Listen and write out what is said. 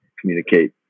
communicate